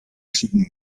schicken